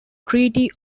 treaty